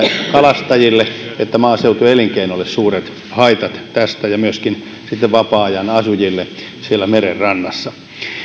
kalastajille että maaseutuelinkeinolle suuret haitat tästä ja myöskin vapaa ajanasujille meren rannassa